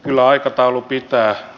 kyllä aikataulu pitää